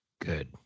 good